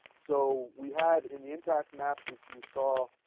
so we had in the impact map that you saw